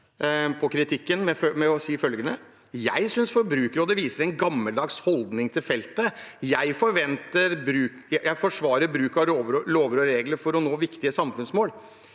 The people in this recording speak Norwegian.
«Jeg synes Forbrukerrådet viser en gammeldags holdning til feltet. Jeg forsvarer bruk av lover og regler for å nå viktige samfunnsmål,